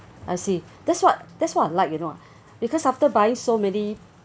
I see that's what that's what I like you know ah because after buying so many